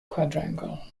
quadrangle